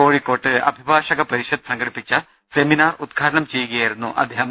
കോഴിക്കോട് അഭിഭാഷക പരിഷത്ത് സംഘട്ടിപ്പിച്ച സെമിനാർ ഉദ്ഘാടനം ചെയ്യുകയായിരുന്നു മന്ത്രി